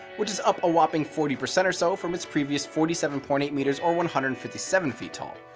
which is up a whopping forty percent or so from its previous forty seven point eight meters or one hundred and fifty seven feet tall.